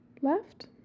left